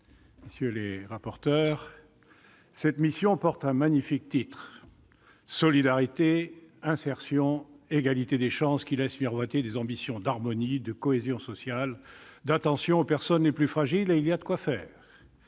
mes chers collègues, cette mission porte un magnifique titre, « Solidarité, insertion et égalité des chances », qui laisse miroiter des ambitions d'harmonie, de cohésion sociale et d'attention aux personnes les plus fragiles. Il y a de quoi faire